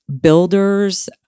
builders